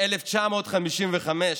ב-1955,